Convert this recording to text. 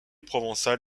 provençal